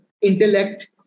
intellect